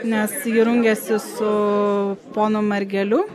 nes ji rungiasi su ponu margeliu